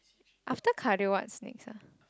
after cardio what's next ah